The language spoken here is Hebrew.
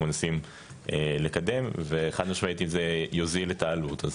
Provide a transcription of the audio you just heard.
מנסים לקדם וחד-משמעית אם זה יוזיל את העלות,